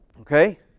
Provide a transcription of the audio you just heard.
Okay